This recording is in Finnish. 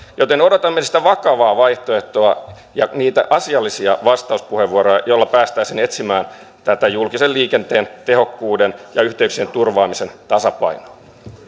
joten odotamme sitä vakavaa vaihtoehtoa ja niitä asiallisia vastauspuheenvuoroja joilla päästäisiin etsimään tätä julkisen liikenteen tehokkuuden ja yhteyksien turvaamisen tasapainoa